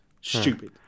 Stupid